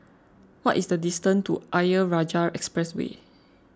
what is the distance to Ayer Rajah Expressway